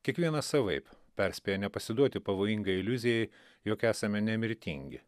kiekvienas savaip perspėja nepasiduoti pavojingai iliuzijai jog esame nemirtingi